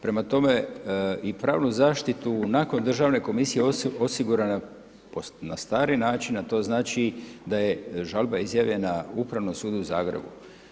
Prema tome i pravnu zaštitu nakon državne komisije osigurana na stari način a to znači da je žalba izjavljena Upravnom sudu u Zagrebu.